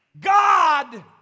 God